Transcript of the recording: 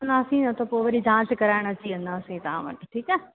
इंदासीं न त पोइ वरी जांच कराइण अची वेंदासीं तव्हां वटि ठीकु आहे